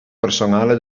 personale